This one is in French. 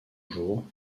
jours